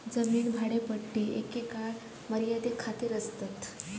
जमीन भाडेपट्टी एका काळ मर्यादे खातीर आसतात